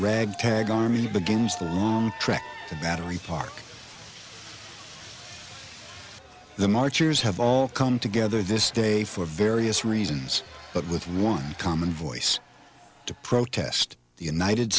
ragtag army begins the wrong track the battery park the marchers have all come together this day for various reasons but with one common voice to protest the united